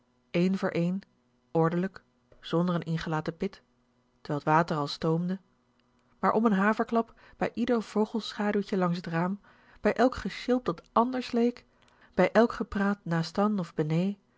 een voor een ordelijk zonder n ingelaten pit terwijl t water al stoomde maar om n haverklap bij ieder vogel schaduwtje langs t raam bij elk gesjilp dat anders leek bij elk gepraat naastan of benee